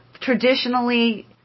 traditionally